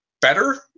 better